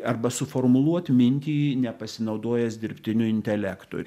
arba suformuluot mintį nepasinaudojęs dirbtiniu intelektu